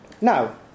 Now